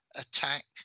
attack